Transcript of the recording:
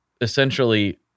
essentially